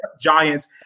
giants